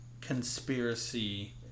conspiracy